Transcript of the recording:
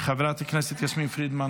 חברת הכנסת יסמין פרידמן,